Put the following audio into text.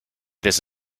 this